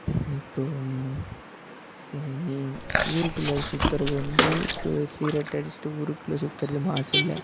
இப்போது நீ ஊருக்குள்ளே சுற்றுறது வந்து இப்போது சிகரெட் அடித்துட்டு ஊருக்குள்ளே சுற்றுறது மாஸ் இல்லை